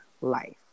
life